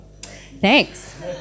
Thanks